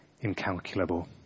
incalculable